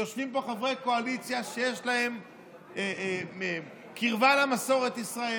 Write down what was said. יושבים פה חברי קואליציה שיש להם קרבה למסורת ישראל,